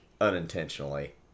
unintentionally